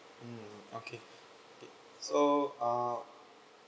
mm okay so uh